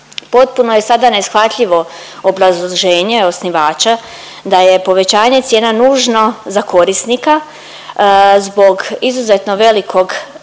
Potpuno je sada neshvatljivo obrazloženje osnivača da je povećanje cijena nužno za korisnika zbog izuzetno velikog i